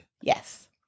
Yes